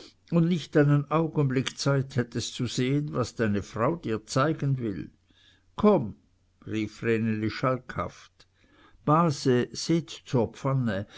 und nicht einen augenblick zeit hättest zu sehen was dir deine frau zeigen will komm rief vreneli schalkhaft base seht zur